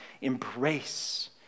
embrace